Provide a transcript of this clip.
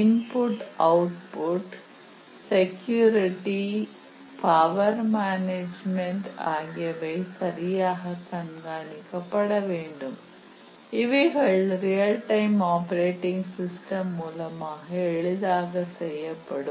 input output security power management ஆகியவை சரியாக கண்காணிக்கப்பட வேண்டும் இவைகள் ரியல் டைம் ஆப்பரேட்டிங் சிஸ்டம் மூலமாக எளிதாக செய்யப்படும்